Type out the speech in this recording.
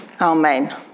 Amen